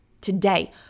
Today